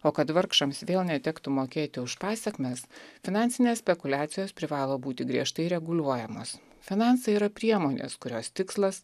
o kad vargšams vėl netektų mokėti už pasekmes finansinės spekuliacijos privalo būti griežtai reguliuojamos finansai yra priemonės kurios tikslas